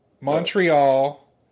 Montreal